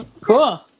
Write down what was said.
Cool